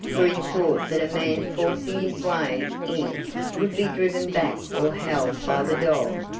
for he thought that a man forcing his way in would be driven back or held by the dog,